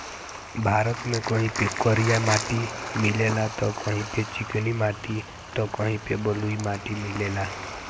भारत में कहीं पे करिया माटी मिलेला त कहीं पे चिकनी माटी त कहीं पे बलुई माटी मिलेला